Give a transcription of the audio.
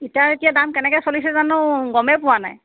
ইটাৰ এতিয়া দাম কেনেকৈ চলিছে জানো গমেই পোৱানাই